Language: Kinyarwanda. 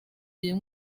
uyu